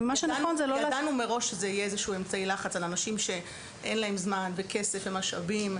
ידענו מראש שזה יהיה אמצעי לחץ על אנשים שאין להם זמן וכסף ומשאבים,